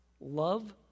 love